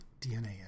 DNA